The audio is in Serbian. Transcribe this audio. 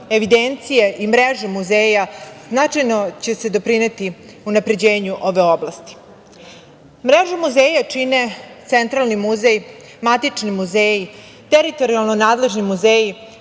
evidencije i mrežom muzeja značajno će se doprineti unapređenju ove oblasti. Mrežu muzeja čine centralni muzej, matični muzeji, teritorijalni nadležni muzeji